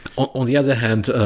on the other hand,